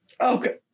Okay